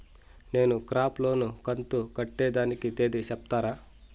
నేను crop loan కంతు కట్టేదానికి తేది సెప్తారా?